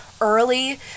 early